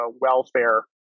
welfare